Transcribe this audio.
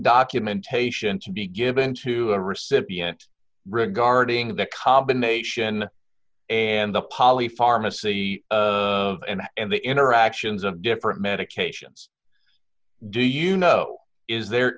documentation to be given to a recipient regarding the combination and the poly pharmacy and the interactions of different medications do you know is there